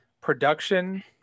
production